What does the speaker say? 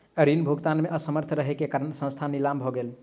ऋण भुगतान में असमर्थ रहै के कारण संस्थान नीलाम भ गेलै